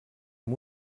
amb